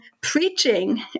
preaching